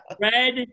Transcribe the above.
Red